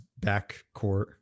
backcourt